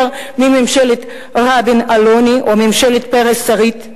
מממשלת רבין-אלוני או מממשלת פרס-שריד.